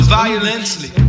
violently